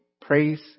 praise